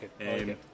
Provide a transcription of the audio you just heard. Okay